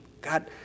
God